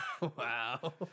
Wow